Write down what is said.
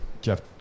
Jeff